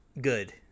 good